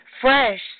Fresh